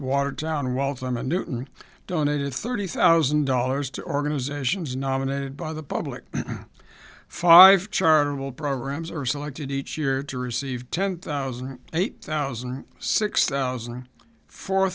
watertown waltham and newton donated thirty thousand dollars to organizations nominated by the public five chartable programs are selected each year to receive ten thousand eight thousand six thousand four